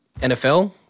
NFL